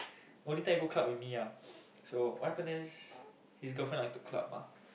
only time go club with me ah so what happen is his girlfriend like to club ah